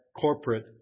corporate